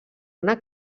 una